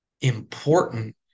important